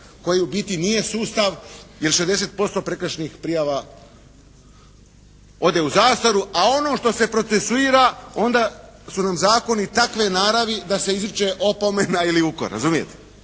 koji u biti nije sustav jer 60% prekršajnih prijava ode u zastaru, a ono što se procesuira onda su nam zakoni takve naravi da se izriče opomene ili ukor, razumijete.